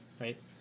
right